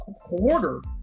quarter